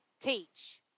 teach